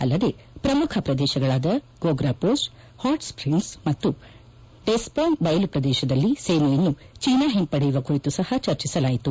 ಅಲ್ಲದೇ ಪ್ರಮುಖ ಪ್ರದೇಶಗಳಾದ ಗೋಗ್ರಾ ಮೋಸ್ ಹಾಟ್ ಸ್ಲಿಂಗ್ಲೆ ಮತ್ತು ಡೆಸ್ವಾಂಗ್ ಬಯಲು ಪ್ರದೇಶದಲ್ಲಿ ಸೇನೆಯನ್ನು ಚೀನಾ ಹಿಂಪಡೆಯುವ ಕುರಿತು ಸಹ ಚರ್ಚಸಲಾಯಿತು